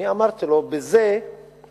ואני אמרתי לו: בזה אתם,